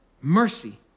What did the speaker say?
mercy